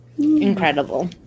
incredible